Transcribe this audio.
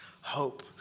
Hope